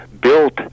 built